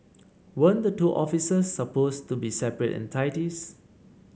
weren't the two offices supposed to be separate entities